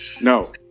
No